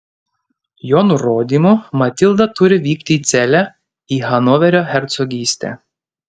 jo nurodymu matilda turi vykti į celę į hanoverio hercogystę